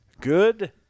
Good